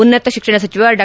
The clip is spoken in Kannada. ಉನ್ನತ ಶಿಕ್ಷಣ ಸಚಿವ ಡಾ